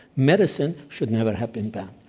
medicine should never have been banned.